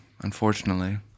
Unfortunately